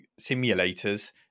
simulators